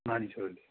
मानिसहरूले